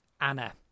Anna